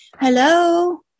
Hello